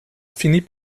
finit